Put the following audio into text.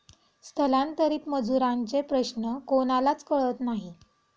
स्थलांतरित मजुरांचे प्रश्न कोणालाच कळत नाही